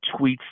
tweets